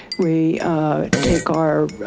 we take our,